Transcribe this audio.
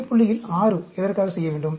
மைய புள்ளியில் 6 எதற்காக செய்ய வேண்டும்